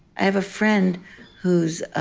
i have a friend whose ah